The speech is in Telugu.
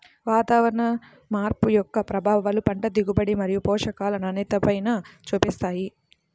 వాతావరణ మార్పు యొక్క ప్రభావాలు పంట దిగుబడి మరియు పోషకాల నాణ్యతపైన చూపిస్తాయి